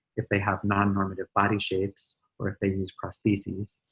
if they have non-normative body shapes or if they use prosthesis.